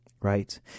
right